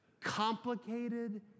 Complicated